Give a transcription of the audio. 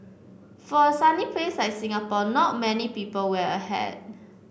for a sunny place like Singapore not many people wear a hat